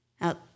out